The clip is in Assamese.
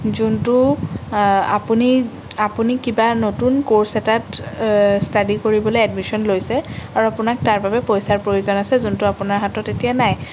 যোনটো আপুনি আপুনি কিবা নতুন কোৰ্ছ এটাত ষ্টাডি কৰিবলৈ এডমিচন লৈছে আৰু আপোনাক তাৰ বাবে পইচাৰ প্ৰয়োজন আছে যোনটো আপোনাৰ হাতত নাই